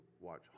watch